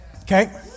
Okay